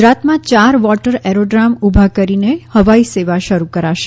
ગુજરાતમાં ચાર water aerodrome ઊભા કરીને હવાઈ સેવા શરૂ કરાશે